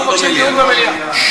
אנחנו מבקשים דיון במליאה,